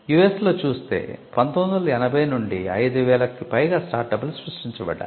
US లో చూస్తే 1980 నుండి 5000 కి పైగా స్టార్టప్లు సృష్టించబడ్డాయి